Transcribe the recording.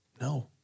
no